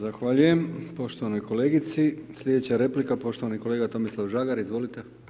Zahvaljujem poštovanoj kolegici, slijedeća replika poštovani kolega Tomislav Žagar, izvolite.